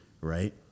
Right